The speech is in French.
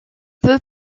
peut